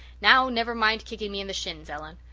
now, never mind kicking me in the shins, ellen.